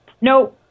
No